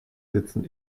sitzen